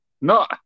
No